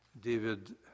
David